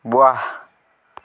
ৱাহ